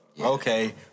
Okay